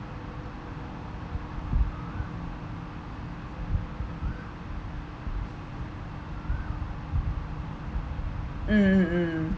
mm mm mm